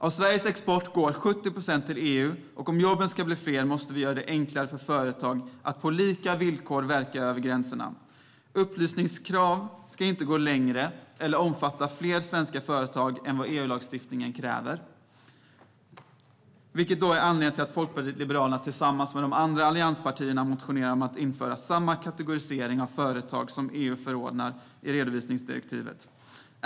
Av Sveriges export går 70 procent till EU, och om jobben ska bli fler måste vi göra det ännu enklare för företag att på lika villkor verka över gränserna. Upplysningskrav ska inte gå längre eller omfatta fler svenska företag än vad EU-lagstiftningen kräver. Detta är anledningen till att Folkpartiet liberalerna tillsammans med de andra allianspartierna motionerade om att införa samma kategorisering av företag som EU förordar i redovisningsdirektivet.